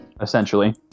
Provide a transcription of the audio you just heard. Essentially